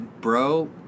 bro